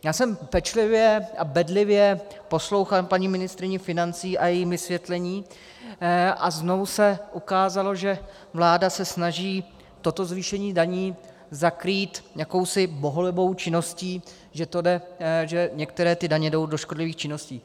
Já jsem pečlivě a bedlivě poslouchal paní ministryni financí a její vysvětlení a znovu se ukázalo, že vláda se snaží toto zvýšení daní zakrýt jakousi bohulibou činností, že některé ty daně jdou do škodlivých činností.